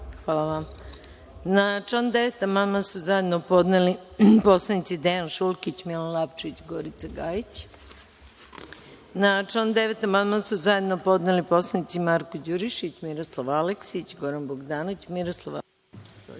Hvala vam. Na član 9. amandman su zajedno podneli narodni poslanici Dejan Šulkić, Milan Lapčević, Gorica Gajić. Na član 9. amandman su zajedno podneli poslanici Marko Đurišić, Miroslav Aleksić, Goran Bogdanović. Miroslav Aleksić